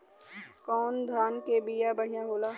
कौन धान के बिया बढ़ियां होला?